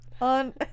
On